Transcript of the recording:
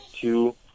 two